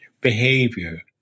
behavior